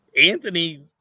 Anthony